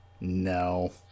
no